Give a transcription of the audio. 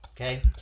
Okay